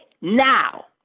now